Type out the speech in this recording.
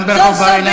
גם ברחוב בר-אילן?